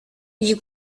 you